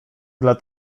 dla